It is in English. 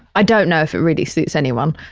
i dont know if it really suits anyone,